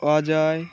Ajay